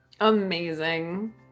Amazing